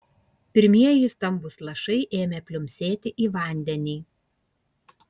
pirmieji stambūs lašai ėmė pliumpsėti į vandenį